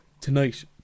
tonight